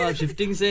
shifting